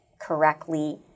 correctly